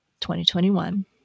2021